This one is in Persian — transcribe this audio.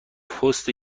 پست